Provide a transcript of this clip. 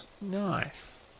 Nice